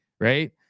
right